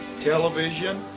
television